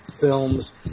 films